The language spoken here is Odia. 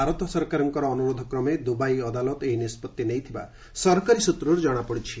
ଭାରତ ସରକାରଙ୍କ ଅନୁରୋଧ କ୍ରମେ ଦୁବାଇ ଅଦାଲତ ଏହି ନିଷ୍ପଭି ନେଇଥିବା ସରକାରୀ ସୂତ୍ରରୁ ଜଣାପଡ଼ିଛି